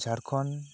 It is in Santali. ᱡᱷᱟᱲᱠᱷᱚᱸᱰ